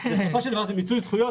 בסופו של דבר זה מיצוי זכויות.